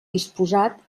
disposat